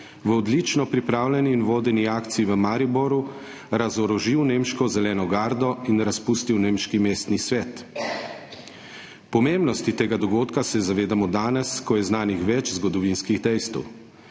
v odlično pripravljeni in vodeni akciji v Mariboru razorožil nemško zeleno gardo in razpustil nemški mestni svet. Pomembnosti tega dogodka se zavedamo danes, ko je znanih več zgodovinskih dejstev.